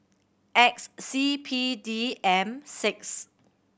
X C P D M six